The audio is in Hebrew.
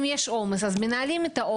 אם יש עומס, מנהלים אותו.